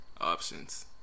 options